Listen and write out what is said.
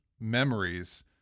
memories